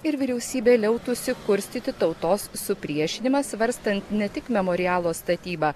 ir vyriausybė liautųsi kurstyti tautos supriešinimą svarstan ne tik memorialo statybą